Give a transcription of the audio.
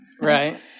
Right